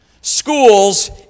schools